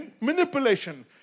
manipulation